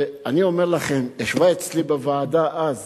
ואני אומר לכם: ישבה אצלי בוועדה אז